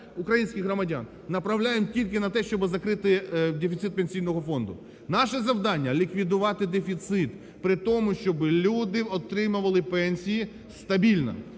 українських громадян, направляємо тільки на те, щоб закрити дефіцит Пенсійного фонду. Наше завдання – ліквідувати дефіцит при тому, щоб люди отримували пенсії стабільно.